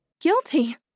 Guilty